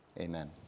Amen